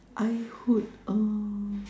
I would uh